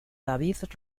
david